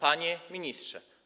Panie Ministrze!